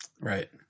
Right